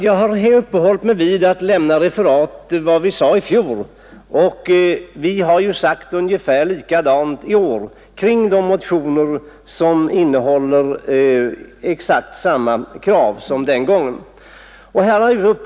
Jag har uppehållit mig vid referat av vad utskottet anförde i fjol, och vi har anfört ungefär detsamma i år om de motioner som innehåller exakt samma krav som motionerna den gången.